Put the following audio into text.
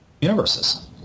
universes